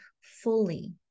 fully